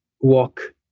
walk